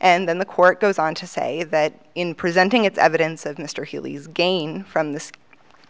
and then the court goes on to say that in presenting its evidence of mr healy's gain from this